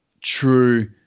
true